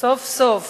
סוף סוף